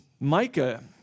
Micah